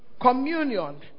Communion